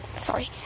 Sorry